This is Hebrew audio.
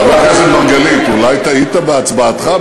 חבר הכנסת מרגלית, אולי טעית בהצבעתך?